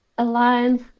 alliance